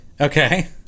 Okay